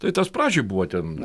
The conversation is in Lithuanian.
tai tas pradžioj buvo ten